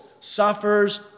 suffers